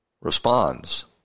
responds